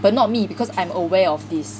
but not me because I'm aware of this